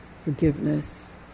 forgiveness